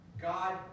God